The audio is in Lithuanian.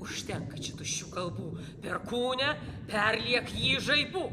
užtenka čia tuščių kalbų perkūne perliek jį žaibu